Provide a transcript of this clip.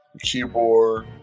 keyboard